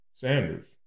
Sanders